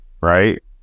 right